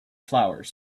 flowers